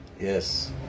yes